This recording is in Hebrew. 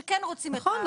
שכן רוצים את --- נכון,